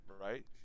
right